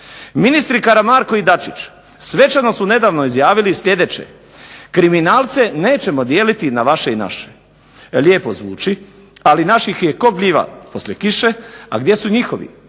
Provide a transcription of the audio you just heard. Ministri Karamarko i DAčić svečano su nedavno izjavili sljedeće "kriminalce nećemo dijeliti na vaše i naše". Lijepo zvuči ali naših je ko gljiva poslije kiše, a gdje su njihovi?